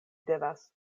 devas